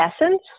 essence